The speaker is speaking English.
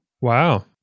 Wow